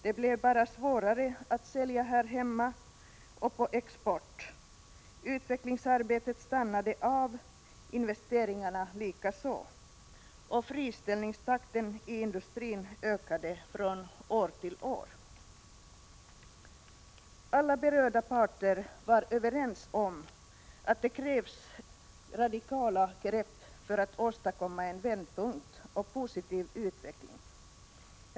Det blev bara svårare att sälja här hemma och på export, utvecklingsarbetet stannade av, investeringarna likaså, och friställningstakten i industrin ökade från år till år. Alla berörda parter var överens om att det krävs radikala grepp för att åstadkomma en vändpunkt och en positiv utveckling.